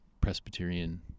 Presbyterian